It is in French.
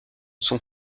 son